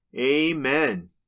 Amen